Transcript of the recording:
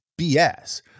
BS